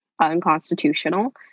unconstitutional